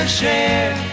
share